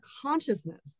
consciousness